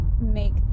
make